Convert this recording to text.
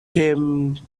came